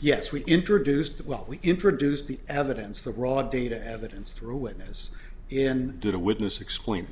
yes we introduced that well we introduced the evidence the raw data evidence through witness in did a witness explain